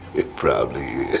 it probably